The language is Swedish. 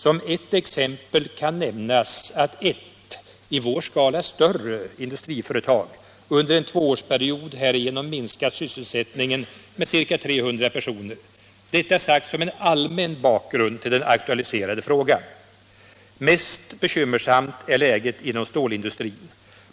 Som exempel kan nämnas att ett — i vår skala större — industriföretag under en tvåårsperiod. härigenom minskat sysselsättningen med ca 300 personer. Detta sagt som en allmän bakgrund till den aktualiserade frågan. Mest bekymmersamt är läget inom stålindustrin.